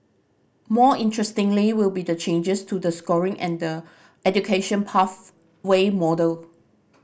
more interestingly will be the changes to the scoring and the education pathway model